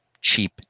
cheap